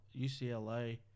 UCLA